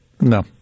No